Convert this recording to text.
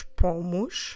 pomos